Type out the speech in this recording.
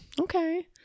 okay